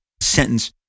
sentence